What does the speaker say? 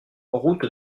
route